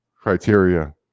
criteria